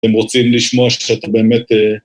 ‫אתם רוצים לשמוע שאתם באמת...